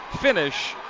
finish